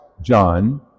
John